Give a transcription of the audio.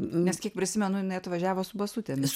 nes kiek prisimenu jinai atvažiavo su basutėmis